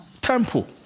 Temple